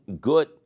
good